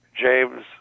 James